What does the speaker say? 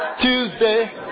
Tuesday